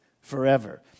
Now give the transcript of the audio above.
forever